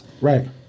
Right